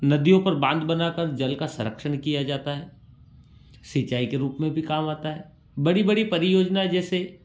नदियों पर बांध बना कर जल का संरक्षण किया जाता है सिंचाई के रुप में भी काम आता है बड़ी बड़ी परियोजना जैसे